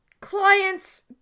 client's